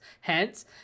Hence